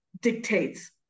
dictates